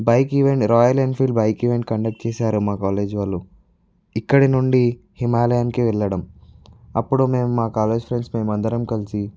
bike event Royal Enfield bike event conduct చేశారు మా college వాళ్ళు ఇక్కడి నుండి హిమాలయానికి వెళ్లడం అప్పుడు మేము మా కాలేజ్ ఫ్రెండ్స్ మేము అందరం కలిసి